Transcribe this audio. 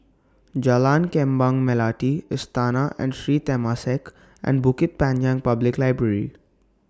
Jalan Kembang Melati Istana and Sri Temasek and Bukit Panjang Public Library